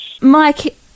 Mike